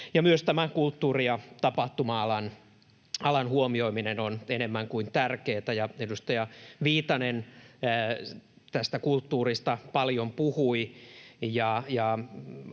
tämä kulttuuri- ja tapahtuma-alan huomioiminen on enemmän kuin tärkeää. Edustaja Viitanen tästä kulttuurista paljon puhui,